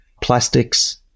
plastics